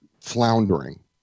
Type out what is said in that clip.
floundering